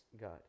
God